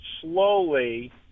slowly